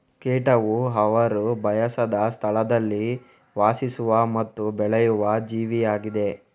ಕೀಟವು ಅವರು ಬಯಸದ ಸ್ಥಳದಲ್ಲಿ ವಾಸಿಸುವ ಮತ್ತು ಬೆಳೆಯುವ ಜೀವಿಯಾಗಿದೆ